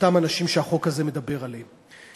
אותם אנשים שהחוק הזה מדבר עליהם,